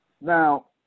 Now